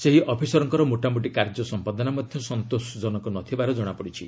ସେହି ଅଫିସରଙ୍କର ମୋଟାମୋଟି କାର୍ଯ୍ୟ ସମ୍ପାଦନା ମଧ୍ୟ ସନ୍ତୋଷଜନକ ନଥିବାର ଜଣାପଡ଼ିଛି